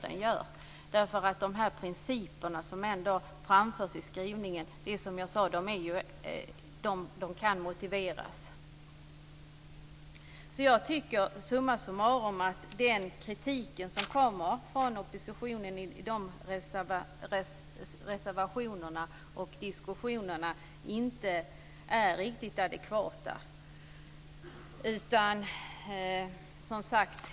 De principer som förs fram i skrivningen kan motiveras. Jag finner summa summarum inte att den kritik som förs fram i oppositionens reservationer och diskussioner är riktigt adekvat.